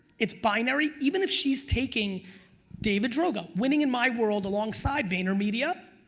it's binary. even if she's taking david droga, winning in my world alongside vaynermedia,